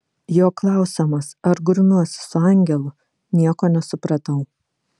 jo klausiamas ar grumiuosi su angelu nieko nesupratau